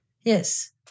Yes